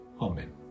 Amen